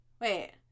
wait